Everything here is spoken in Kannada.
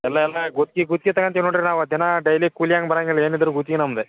ಇಲ್ಲ ಇಲ್ಲ ಗುತ್ಗಿ ಗುತ್ಗಿ ತಗಂತೀವಿ ನೋಡ್ರಿ ನಾವು ಹತ್ತು ಜನ ಡೈಲಿ ಕೂಲಿಯಂಗೆ ಬರಂಗಿಲ್ಲ ಏನಿದ್ದರು ಗುತ್ಗಿ ನಮ್ದು